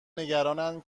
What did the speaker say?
نگرانند